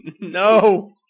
No